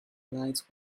lights